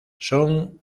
son